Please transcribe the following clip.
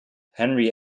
henry